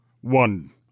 One